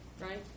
right